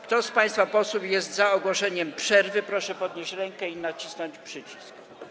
Kto z państwa posłów jest za ogłoszeniem przerwy, proszę podnieść rękę i nacisnąć przycisk.